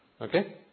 Okay